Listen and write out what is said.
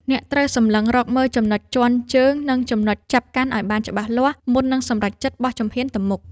អ្នកត្រូវសម្លឹងរកមើលចំណុចជាន់ជើង និងចំណុចចាប់កាន់ឱ្យបានច្បាស់លាស់ មុននឹងសម្រេចចិត្តបោះជំហានទៅមុខ។